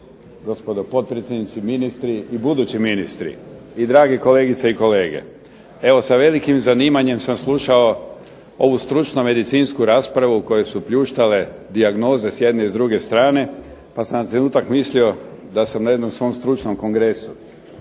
gospodo potpredsjednici, ministri i budući ministri i dragi kolegice i kolege. Evo, sa velikim zanimanjem sam slušao ovu stručno medicinsku raspravu u kojoj su pljuštale dijagnoze i s jedne i s druge strane, pa sam na trenutak mislio da sam na jednom svom stručnom kongresu.